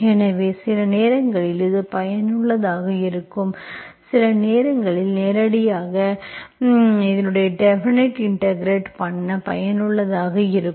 எனவே சில நேரங்களில் இது பயனுள்ளதாக இருக்கும் சில நேரங்களில் நேரடியாக இன் டெபினிட் இன்டெகிரெட் பண்ண பயனுள்ளதாக இருக்கும்